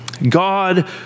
God